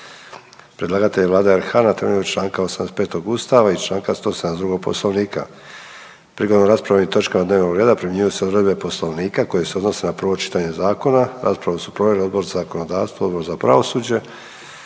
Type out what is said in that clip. Predlagatelj je Vlada RH na temelju Članka 85. Ustava i Članka 172. Poslovnika Hrvatskog sabora. Prigodom rasprave o ovoj točki dnevnog reda primjenjuju se odredbe Poslovnika koje se odnose na prvo čitanje zakona. Raspravu su proveli Odbor za zakonodavstvo, Odbor za pravosuđe,